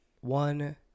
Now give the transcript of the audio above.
one